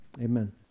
Amen